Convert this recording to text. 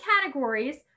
categories